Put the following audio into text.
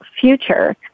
future